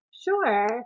Sure